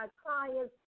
clients